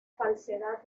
falsedad